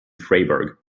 freiburg